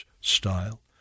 style